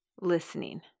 listening